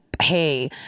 Hey